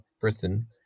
Britain